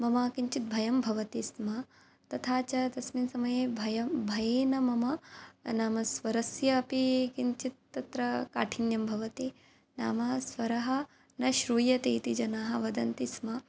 मम किञ्चित् भयं भवति स्म तथा च तस्मिन् समये भयं भयेन मम नाम स्वरस्य अपि किञ्चित् तत्र काठिन्यं भवति नाम स्वरः न श्रूयते इति जनाः वदन्ति स्म